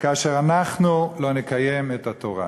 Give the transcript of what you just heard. כאשר אנחנו לא נקיים את התורה.